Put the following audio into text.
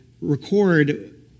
record